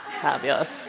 Fabulous